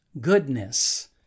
goodness